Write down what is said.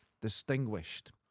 Distinguished